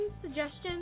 suggestions